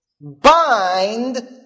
bind